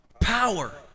power